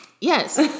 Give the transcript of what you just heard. Yes